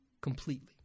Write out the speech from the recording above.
completely